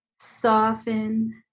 soften